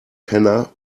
penner